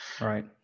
Right